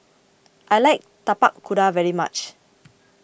I like Tapak Kuda very much